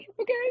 okay